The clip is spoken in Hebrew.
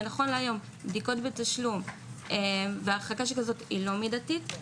נכון להיום בדיקות בתשלום והחרקה כזאת לא מידתית.